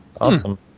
awesome